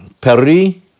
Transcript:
peri